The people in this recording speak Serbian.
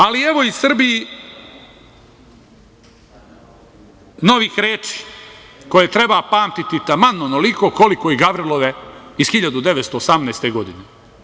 Ali, evo i Srbiji novih reči koje treba pamtiti taman onoliko, koliko i Gavrilove iz 1918. godine.